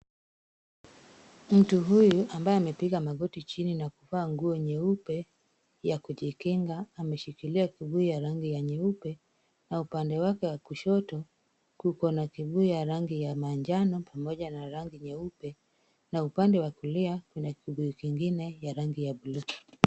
Mtu huyu ambaye amepiga magoti chini na kuvaa nguo nyeupe ya kujikinga, ameshikilia kibuyu ya rangi ya nyeupe na upande wake wa kushoto kuko na kibuyu ya rangi ya manjano pamoja na rangi nyeupe, na upande wa kulia kuna kibuyu kingine ya rangi ya buluu.